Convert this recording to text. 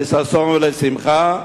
לששון ולשמחה,